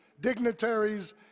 dignitaries